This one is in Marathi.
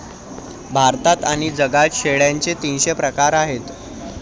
भारतात आणि जगात शेळ्यांचे तीनशे प्रकार आहेत